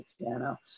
piano